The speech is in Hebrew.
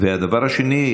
דבר שני,